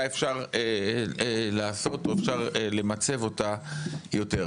אפשר לעשות או שהיה אפשר למצב אותו יותר.